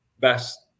best